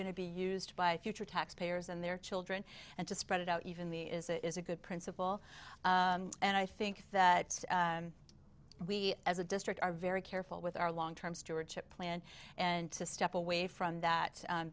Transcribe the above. going to be used by future taxpayers and their children and to spread it out even the is a is a good principle and i think that we as a district are very careful with our long term stewardship plan and to step away from that